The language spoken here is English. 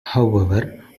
however